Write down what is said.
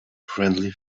friendly